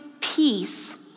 peace